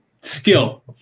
skill